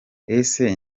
ese